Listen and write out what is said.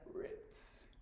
Ritz